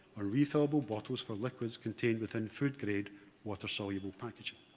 ah refillable bottles for liquids contained within food-grade water soluble packaging.